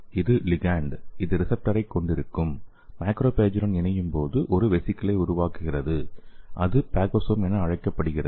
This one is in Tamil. இது லிகாண்ட் இது ரிசப்டாரை கொண்டிருக்கும் மேக்ரோபேஜுடன் இணையும்போது ஒரு வெசிகலை உருவாக்குகிறது இது பாகோசோம் என அழைக்கப்படுகிறது